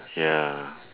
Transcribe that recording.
ya